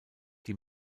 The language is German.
die